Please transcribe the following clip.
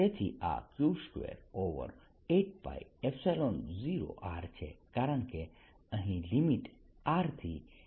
તેથી આ Q28π0R છે કારણ કે અહીં લિમિટ R થી ની છે